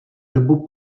dobu